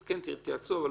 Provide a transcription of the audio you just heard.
זה כיף, תענוג.